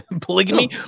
polygamy